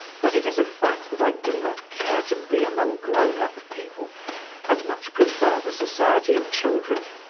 but it is a fact that i do not care to be among grown-up people and much prefer the society of children.